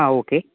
ആ ഓക്കേ